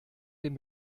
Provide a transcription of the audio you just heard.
den